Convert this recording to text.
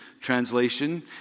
translation